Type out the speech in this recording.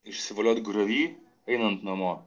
išsivoliot griovy einant namo